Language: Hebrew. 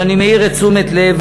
אני מעיר את תשומת לב